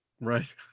right